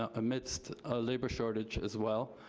ah amidst a labor shortage as well.